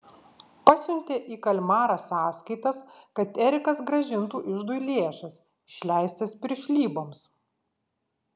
pasiuntė į kalmarą sąskaitas kad erikas grąžintų iždui lėšas išleistas piršlyboms